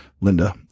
Linda